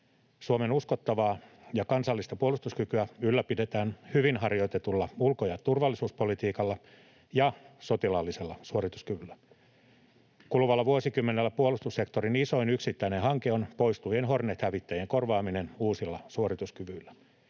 Suomen uskottavaa kansallista puolustuskykyä ylläpidetään hyvin harjoitetulla ulko- ja turvallisuuspolitiikalla ja sotilaallisella suorituskyvyllä. Kuluvalla vuosikymmenellä puolustussektorin isoin yksittäinen hanke on poistuvien Hornet-hävittäjien korvaaminen uusilla suorituskyvyillä.